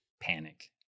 panic